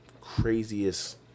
craziest